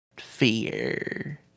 fear